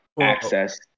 access